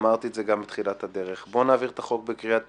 ואמרתי את זה גם בתחילת הדרך: בואו נעביר את החוק בקריאה טרומית,